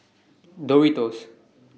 Doritos